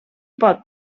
pot